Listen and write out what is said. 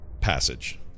passage